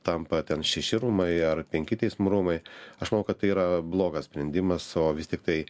tampa ten šeši rūmai ar penki teismų rūmai aš manau kad tai yra blogas sprendimas o vis tiktai